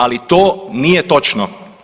Ali to nije točno.